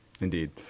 Indeed